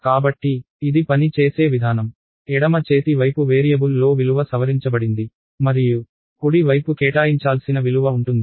కాబట్టి ఇది పని చేసే విధానం ఎడమ చేతి వైపు వేరియబుల్ లో విలువ సవరించబడింది మరియు కుడి వైపు కేటాయించాల్సిన విలువ ఉంటుంది